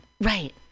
Right